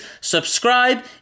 subscribe